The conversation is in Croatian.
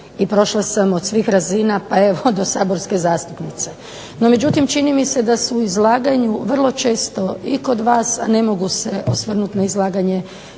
i prošla sam od svih razina pa evo do saborske zastupnice. No, međutim čini mi se da su u izlaganju vrlo često i kod vas, a ne mogu se osvrnuti na izlaganje